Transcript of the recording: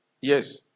Yes